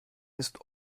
ist